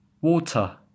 water